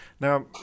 Now